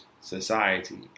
society